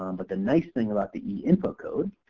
um but the nice thing about the e input code,